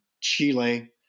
Chile